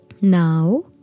now